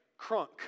Crunk